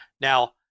Now